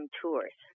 tours